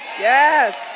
Yes